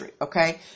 Okay